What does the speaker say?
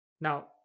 Now